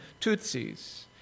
Tutsis